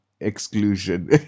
exclusion